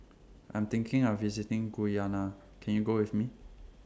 I'm thinking of visiting Guyana Can YOU Go with Me